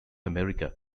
america